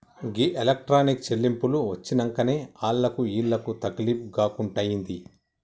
గీ electronic చెల్లింపులు వచ్చినంకనే ఆళ్లకు ఈళ్లకు తకిలీబ్ గాకుంటయింది